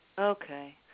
Okay